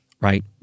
right